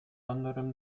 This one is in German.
anderem